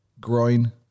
groin